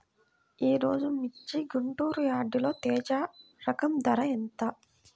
ఈరోజు మిర్చి గుంటూరు యార్డులో తేజ రకం ధర ఎంత?